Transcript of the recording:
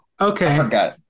Okay